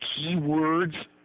keywords